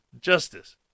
justice